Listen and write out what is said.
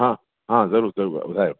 हा हा ज़रूर ॿुधायो